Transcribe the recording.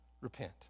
repent